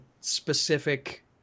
specific